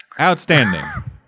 Outstanding